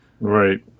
Right